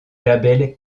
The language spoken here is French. label